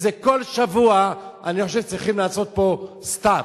וזה כל שבוע, צריכים לעשות פה סטופ.